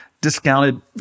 Discounted